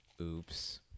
oops